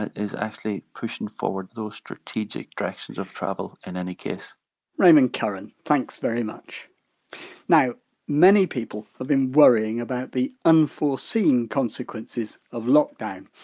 is actually pushing forward those strategic directions of travel in any case raymond curran, thanks very much now many people have been worrying about the unforeseen consequences of lockdown.